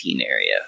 area